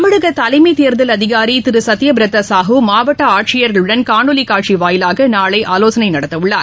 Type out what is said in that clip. தமிழக தலைமைத் தேர்தல் அதிகாரி திரு சத்யபிரதா சாஹூ மாவட்ட ஆட்சியர்களுடன் காணொலிக் காட்சி வாயிலாக நாளை ஆலோசனை நடத்துகிறார்